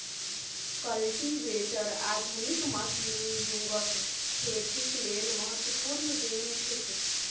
cultivator आधुनिक मशीनी युगक खेतीक लेल महत्वपूर्ण देन थिक